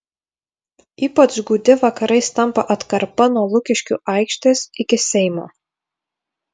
ypač gūdi vakarais tampa atkarpa nuo lukiškių aikštės iki seimo